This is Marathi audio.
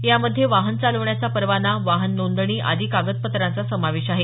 यामध्ये वाहन चालवण्याचा परवाना वाहन नोंदणी आदी कागदपत्रांचा समावेश आहे